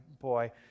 boy